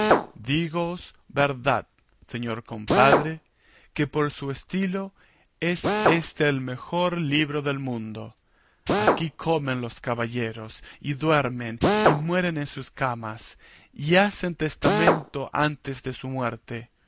dígoos verdad señor compadre que por su estilo es éste el mejor libro del mundo aquí comen los caballeros y duermen y mueren en sus camas y hacen testamento antes de su muerte